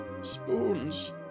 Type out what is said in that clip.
Spoons